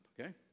okay